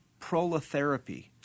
prolotherapy